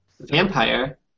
vampire